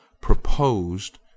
proposed